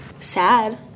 Sad